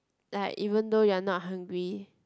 like even though you are not hungry